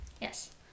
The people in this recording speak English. Yes